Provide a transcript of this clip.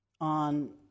on